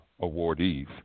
awardees